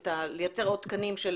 לייצר עוד תקנים של